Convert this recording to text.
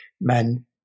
men